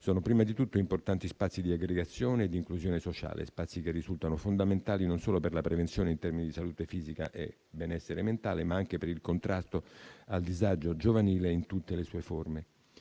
sono prima di tutto importanti spazi di aggregazione e di inclusione sociale; spazi che risultano fondamentali non solo per la prevenzione in termini di salute fisica e benessere mentale, ma anche per il contrasto al disagio giovanile in tutte le sue forme.